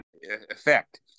effect